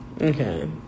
Okay